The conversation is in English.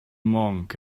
monk